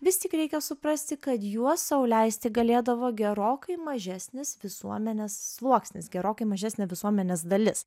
vis tik reikia suprasti kad juos sau leisti galėdavo gerokai mažesnis visuomenės sluoksnis gerokai mažesnė visuomenės dalis